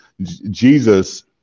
Jesus